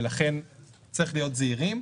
ולכן צריך להיות זהירים,